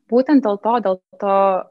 būtent dėl to dėl to